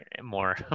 more